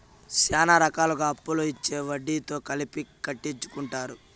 శ్యానా రకాలుగా అప్పులు ఇచ్చి వడ్డీతో కలిపి కట్టించుకుంటారు